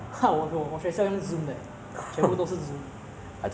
以后以后我再教你不过不懂我讲跟你几时 shi